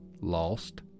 lost